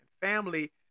family